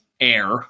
air